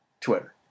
Twitter